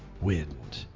wind